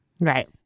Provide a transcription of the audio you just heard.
Right